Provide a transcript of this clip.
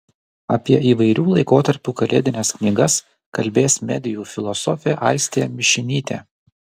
apie įvairių laikotarpių kalėdines knygas kalbės medijų filosofė aistė mišinytė